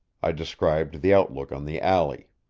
i described the outlook on the alley.